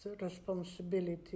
responsibility